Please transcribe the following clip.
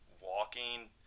walking